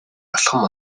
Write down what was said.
алхам